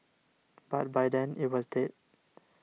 but by then it was dead